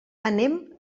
anem